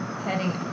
heading